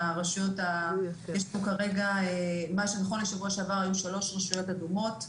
בשבוע שעבר היו שלוש רשויות אדומות,